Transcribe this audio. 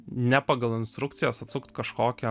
ne pagal instrukcijas atsukt kažkokią